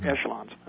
echelons